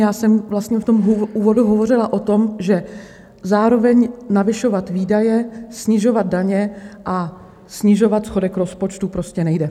Já jsem vlastně v tom úvodu hovořila o tom, že zároveň navyšovat výdaje, snižovat daně a snižovat schodek rozpočtu prostě nejde.